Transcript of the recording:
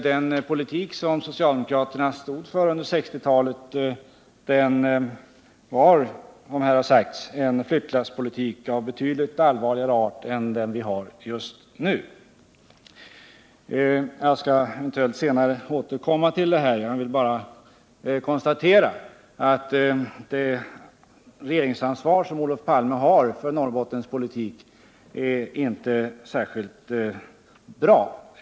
Den politik som socialdemokraterna stod för under 1960-talet var, som här sagts, en flyttlasspolitik av betydligt allvarligare art än den vi har just nu. Jag skall eventuellt senare återkomma till detta, men jag vill bara konstatera att den Norrbottenspolitik som Olof Palme i regeringsställning hade ansvar för inte var särskilt lyckad.